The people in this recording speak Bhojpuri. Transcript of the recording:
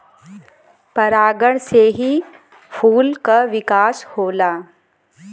परागण से ही फूल क विकास होला